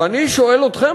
ואני שואל אתכם,